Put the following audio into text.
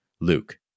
Luke